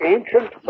Ancient